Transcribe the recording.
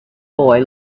boy